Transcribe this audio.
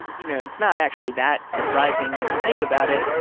you know, it's not actually that surprising when you think about it,